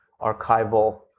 archival